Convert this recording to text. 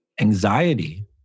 Anxiety